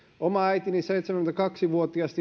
oma seitsemänkymmentäkaksi vuotias